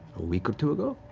week or two ago?